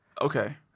Okay